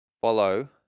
follow